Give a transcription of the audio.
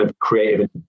creative